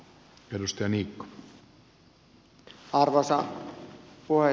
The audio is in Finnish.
arvoisa puhemies